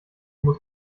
muss